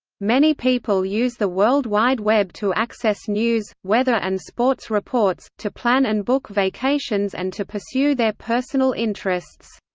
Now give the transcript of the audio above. many people use the world wide web to access news, weather and sports reports, to plan and book vacations and to pursue their personal interests.